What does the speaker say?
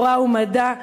תורה ומדע,